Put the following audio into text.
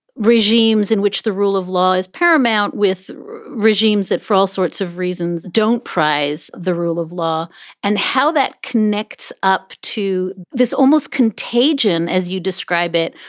regimes in which the rule of law is paramount. with regimes that for all sorts of reasons, don't praise the rule of law and how that connects up to this almost contagion, as you describe it,